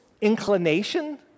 inclination